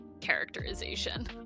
characterization